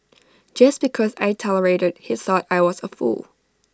just because I tolerated he thought I was A fool